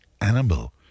animal